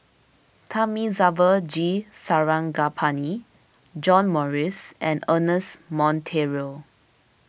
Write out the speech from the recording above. Thamizhavel G Sarangapani John Morrice and Ernest Monteiro